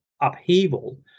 upheaval